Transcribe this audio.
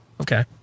Okay